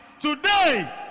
today